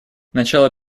начало